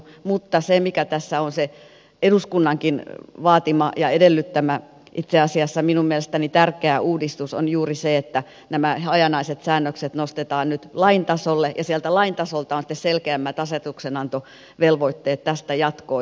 mutta se mikä tässä on se eduskunnankin vaatima ja edellyttämä itse asiassa minun mielestäni tärkeä uudistus on juuri se että nämä hajanaiset säännökset nostetaan nyt lain tasolle ja sieltä lain tasolta on sitten selkeämmät asetuksenantovelvoitteet jatkoon